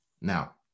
Now